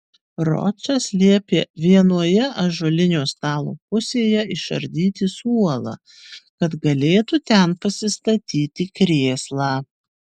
ročas liepė vienoje ąžuolinio stalo pusėje išardyti suolą kad galėtų ten pasistatyti krėslą